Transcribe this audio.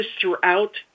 throughout